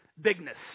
Bigness